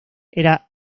era